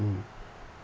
mm